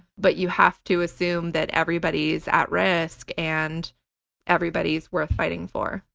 but you have to assume that everybody's at risk and everybody's worth fighting for.